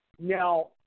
Now